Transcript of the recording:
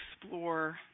explore